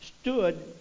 stood